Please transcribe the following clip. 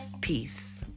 Peace